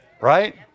right